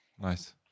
Nice